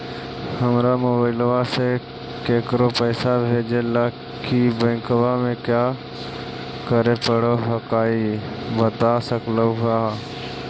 हमरा मोबाइलवा से केकरो पैसा भेजे ला की बैंकवा में क्या करे परो हकाई बता सकलुहा?